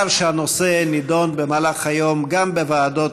לאחר שהנושא נדון במהלך היום גם בוועדות